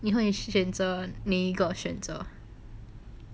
你会选择哪一个选择